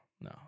no